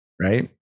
Right